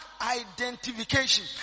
identification